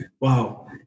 Wow